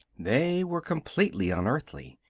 they were completely unearthly.